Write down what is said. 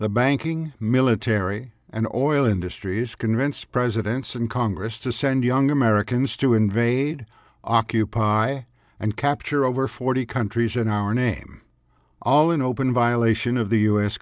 the banking military and oil industries convince presidents and congress to send young americans to invade occupy and capture over forty countries in our name all in open violation of the u